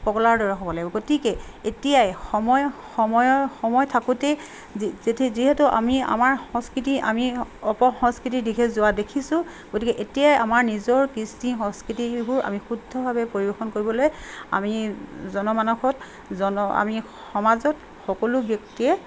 পগলাৰ দৰে হ'ব লাগিব গতিকে এতিয়াই সময় সময়ৰ সময় থাকোঁতেই যিহেতু আমি আমাৰ সংস্কৃতি আমি অপসংস্কৃতিৰ দিশে যোৱা দেখিছোঁ গতিকে এতিয়াই আমাৰ নিজৰ কৃষ্টি সংস্কৃতিবোৰ আমি শুদ্ধভাৱে পৰিৱেশন কৰিবলৈ আমি জনমানসত জন আমি সমাজত সকলো ব্যক্তিয়ে